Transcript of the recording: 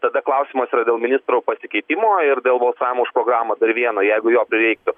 tada klausimas yra dėl ministro pasikeitimo ir dėl balsavimo už programą dar vieną jeigu jo prireiktų